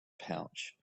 pouch